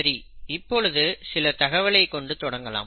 சரி இப்பொழுது சில தகவலை கொண்டு தொடங்கலாம்